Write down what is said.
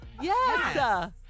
Yes